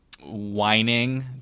whining